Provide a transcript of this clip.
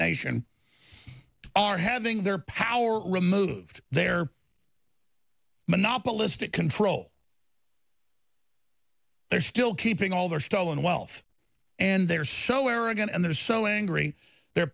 nation are having their power removed their monopolistic control they're still keeping all their stolen wealth and they're so arrogant and they're so angry they're